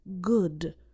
good